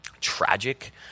tragic